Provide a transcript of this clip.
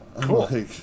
Cool